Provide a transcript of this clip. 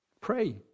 Pray